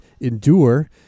Endure